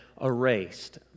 erased